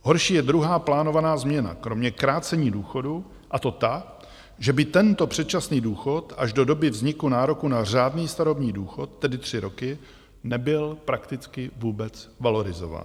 Horší je druhá plánovaná změna kromě krácení důchodu, a to ta, že by tento předčasný důchod až do doby vzniku nároku na řádný starobní důchod, tedy tři roky, nebyl prakticky vůbec valorizován.